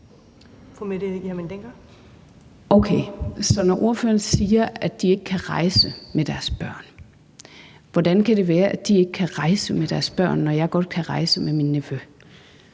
når ordføreren siger, at de ikke kan rejse med deres børn, hvordan kan det så være, at de ikke kan rejse med deres børn, når jeg godt kan rejse med min nevø?